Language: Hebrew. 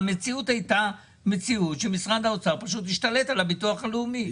המציאות הייתה כזאת שמשרד האוצר השתלט על הביטוח הלאומי,